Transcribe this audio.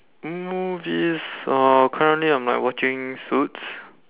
movies uh currently I'm like watching suits